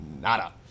nada